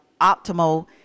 optimal